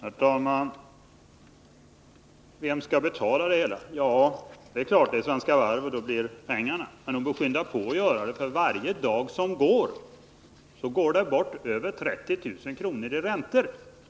Herr talman! Vem skall betala det hela, frågade Ralf Lindström. Det är klart att det blir Svenska Varv, men företaget får skynda sig. För varje dag som går kostar det över 30 000 kr. i räntor.